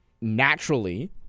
naturally